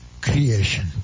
creation